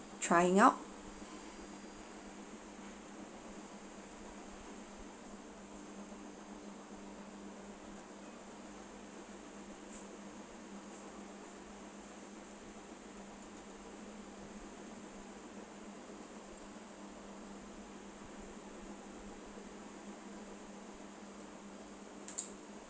trying out